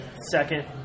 second